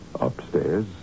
upstairs